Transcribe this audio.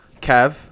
Kev